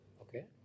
Okay